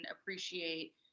appreciate